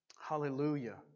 Hallelujah